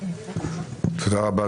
תודה רבה,